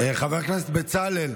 חבר הכנסת בצלאל,